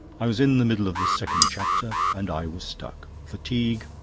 i was in the middle of the second chapter, and i was stuck. fatigue,